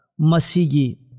masigi